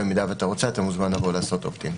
אם אתה רוצה, מוזמן לעשות אופט אין.